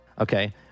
okay